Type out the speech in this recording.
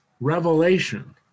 revelation